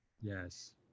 Yes